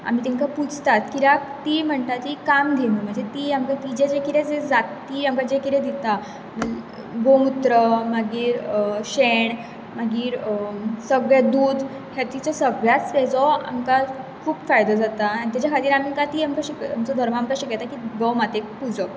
आमी तांकां पुजतात कित्याक ती म्हणटा ती काम धेनू म्हणजे ती आमकां तिजें जें कितें जें जाती आमकां जें कितें दिता गोमुत्र मागीर शेण मागीर सगळें दूद हें तिचें सगळ्यास ताजो आमकां खूब फायदो जाता आनी ताज्या खातीर आमकां ती आमकां शिक आमचो धर्म आमकां शिकयता की गोव मातेक पुजप